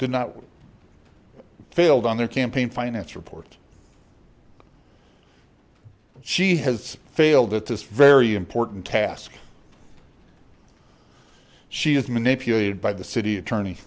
did not work failed on their campaign finance report she has failed at this very important task she is manipulated by the city attorney